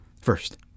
First